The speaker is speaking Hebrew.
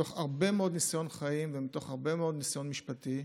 מתוך הרבה מאוד ניסיון חיים והרבה מאוד ניסיון משפטי,